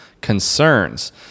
concerns